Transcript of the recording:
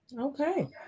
Okay